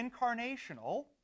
incarnational